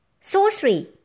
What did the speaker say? sorcery